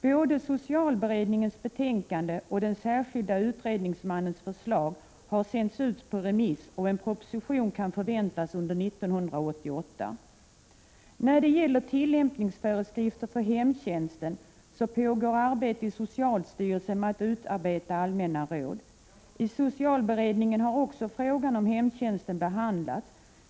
Både socialberedningens betänkande och den särskilde utredningsmannens förslag har sänts ut på remiss. En proposition kan förväntas under 1988. I fråga om tillämpningsföreskrifter för hemtjänsten pågår arbete i socialstyrelsen med att utarbeta allmänna råd. Även i socialberedningen har frågan om hemtjänsten behandlats.